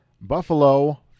Buffalo